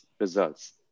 results